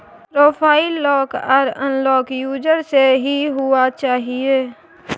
profile lock आर unlock user से ही हुआ चाहिए